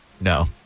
No